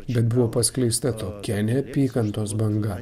bet buvo paskleista tokia neapykantos banga